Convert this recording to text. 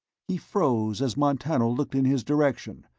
he froze as montano looked in his direction,